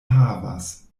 havas